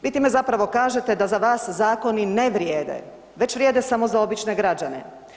Vi time zapravo kažete da za vas zakoni ne vrijede, već vrijede samo za obične građane.